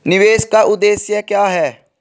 निवेश का उद्देश्य क्या है?